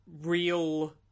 real